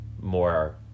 more